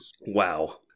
Wow